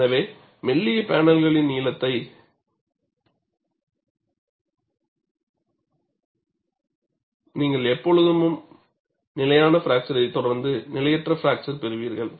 எனவே மெல்லிய பேனல்களில் நீங்கள் எப்போதும் நிலையான பிராக்சரை தொடர்ந்து நிலையற்ற பிராக்சர்பெறுவீர்கள்